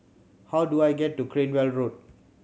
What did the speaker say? how do I get to Cranwell Road